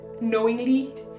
Knowingly